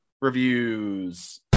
Reviews